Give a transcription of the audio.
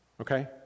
okay